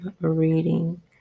reading